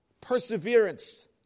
Perseverance